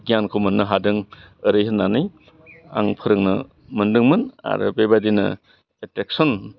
गियानखौ मोननो हादों ओरै होन्नानै आं फोरोंनो मोन्दोंमोन आरो बेबायदिनो एटेकसन